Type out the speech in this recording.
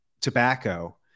tobacco